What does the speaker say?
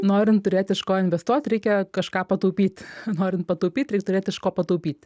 norint turėt iš ko investuot reikia kažką pataupyt norint pataupyt reik turėt iš ko pataupyt